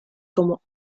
como